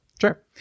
sure